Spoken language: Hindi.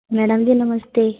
मैडम जी नमस्ते